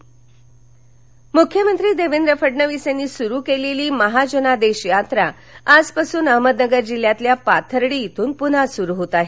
महाजनादेश यात्रा अहमदनगर मुख्यमंत्री देवेंद्र फडणवीस यांनी सुरु केलेली महाजनादेश यात्रा आजपासून अहमदनगर जिल्ह्यातील पाथर्डी येथून पुन्हा सुरू होत आहे